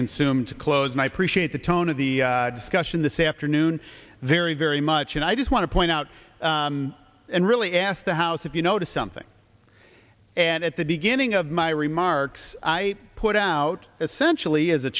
consume to close my appreciate the tone of the discussion this afternoon very very much and i just want to point out and really ask the house if you noticed something and at the beginning of my remarks i put out essentially as a